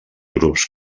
grups